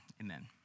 amen